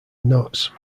knots